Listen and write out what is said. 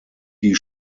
die